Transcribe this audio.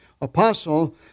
apostle